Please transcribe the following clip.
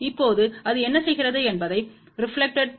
இப்போது அது என்ன செய்கிறது என்பதை ரெப்லக்டெட்